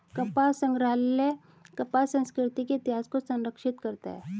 कपास संग्रहालय कपास संस्कृति के इतिहास को संरक्षित करता है